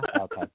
Okay